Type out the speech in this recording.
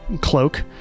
cloak